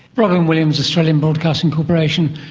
robyn williams, australian broadcasting corporation.